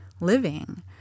living